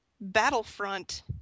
Battlefront